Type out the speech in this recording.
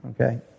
okay